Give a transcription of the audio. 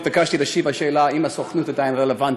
התבקשתי להשיב על השאלה אם הסוכנות עדיין רלוונטית,